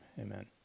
Amen